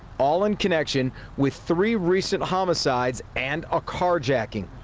all in connection with three recent homicides and a carjacking.